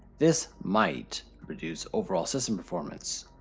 this might reduce overall system performance.